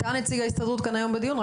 אתה נציג ההסתדרות כאן היום מטעם ההסתדרות?